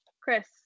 Chris